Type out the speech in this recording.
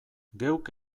geuk